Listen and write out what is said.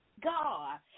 God